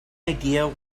idea